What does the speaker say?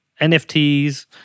NFTs